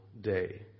day